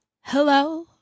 Hello